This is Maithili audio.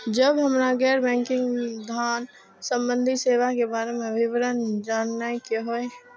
जब हमरा गैर बैंकिंग धान संबंधी सेवा के बारे में विवरण जानय के होय?